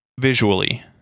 visually